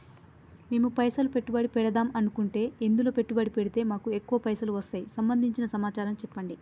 మేము పైసలు పెట్టుబడి పెడదాం అనుకుంటే ఎందులో పెట్టుబడి పెడితే మాకు ఎక్కువ పైసలు వస్తాయి సంబంధించిన సమాచారం చెప్పండి?